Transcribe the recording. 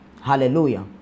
Hallelujah